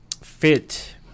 fit